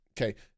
Okay